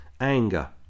anger